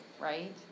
right